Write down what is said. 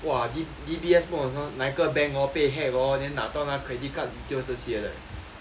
!wah! D D_B_S 不懂哪一个 bank orh 被 hack hor then 拿到那个 credit card details 这些 leh